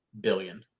billion